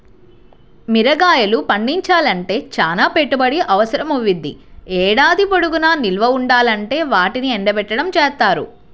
మిరగాయలు పండించాలంటే చానా పెట్టుబడి అవసరమవ్వుద్ది, ఏడాది పొడుగునా నిల్వ ఉండాలంటే వాటిని ఎండబెట్టడం జేత్తారు